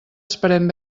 esperem